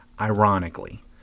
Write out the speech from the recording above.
ironically